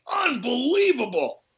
Unbelievable